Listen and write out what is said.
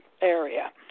area